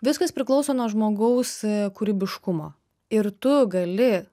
viskas priklauso nuo žmogaus kūrybiškumo ir tu gali